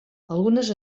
algunes